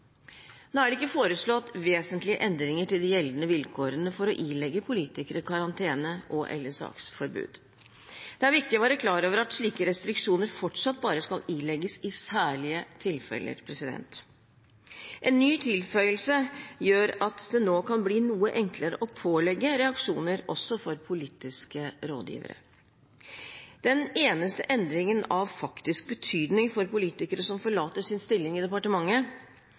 Nå er det ikke foreslått vesentlig endringer til de gjeldende vilkårene for å ilegge politikere karantene og/eller saksforbud. Det er viktig å være klar over at slike restriksjoner fortsatt bare skal ilegges i særlige tilfeller. En ny tilføyelse gjør at det nå kan bli noe enklere å pålegge reaksjoner også for politiske rådgivere. Den eneste endringen av faktisk betydning for politikere som forlater sin stilling i departementet,